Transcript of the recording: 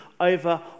over